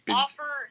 offer